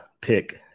pick